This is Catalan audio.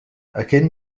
aquest